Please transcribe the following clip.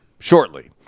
shortly